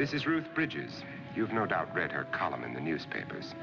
this is ruth bridges you've no doubt read her column in the newspapers